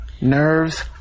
nerves